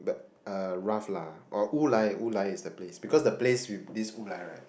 uh rough lah or Wulai is the place the place with this Wulai right